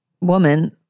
woman